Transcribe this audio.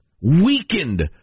weakened